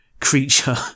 creature